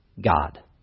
God